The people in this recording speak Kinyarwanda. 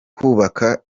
kubaka